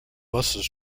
buses